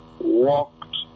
walked